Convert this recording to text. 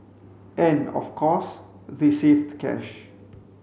and of course they saved cash